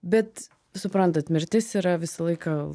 bet suprantat mirtis yra visą laiką